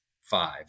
five